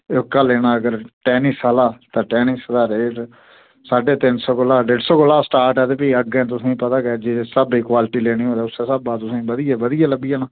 ओह्का लैना अगर तुसें टेनिस आह्ला तां ओह्दा रेट साढ़े तीन सौ कोला डेढ़ सौ कोला स्टार्ट ऐ ते अग्गें तुसेंगी पता गै जिस स्हाबै दी क्वालिटी लैनी होग तां उस स्हाबै दा तुसें बधिया बधिया लब्भी जाना